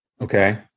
Okay